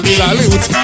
salute